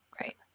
right